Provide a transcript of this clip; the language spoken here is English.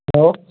hello